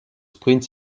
sprint